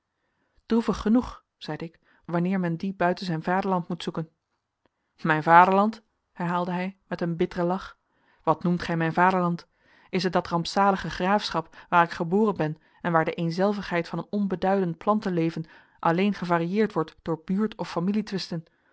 droevig genoeg zeide ik wanneer men dien buiten zijn vaderland moet zoeken mijn vaderland herhaalde hij met een bitteren lach wat noemt gij mijn vaderland is het dat rampzalige graafschap waar ik geboren ben en waar de eenzelvigheid van een onbeduidend plantenleven alleen gevarieerd wordt door buurt of familietwisten